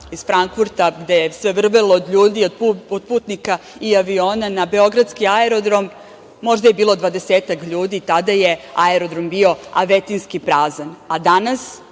iz Frankfurta, gde je sve vrvelo od ljudi, od putnika i aviona, na beogradski aerodrom, možda je bilo dvadesetak ljudi, tada je aerodrom bio avetinjski prazan, a danas,